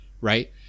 right